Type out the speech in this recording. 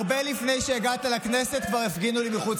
הרבה לפני שהגעת לכנסת כבר הפגינו לי מחוץ